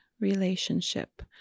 relationship